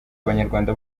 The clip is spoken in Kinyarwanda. abanyarwanda